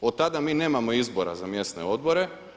Od tada mi nemamo izbora za mjesne odbore.